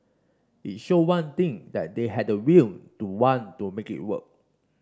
it showed one thing that they had the will to want to make it work